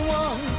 one